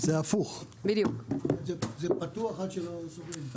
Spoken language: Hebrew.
זה פתוח עד שלא סוגרים.